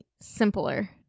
Simpler